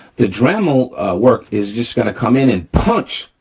the dremel work is just gonna come in and punch,